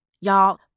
y'all